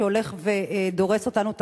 שהולך ודורס אותנו תחתיו.